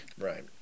right